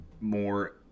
more